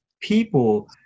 people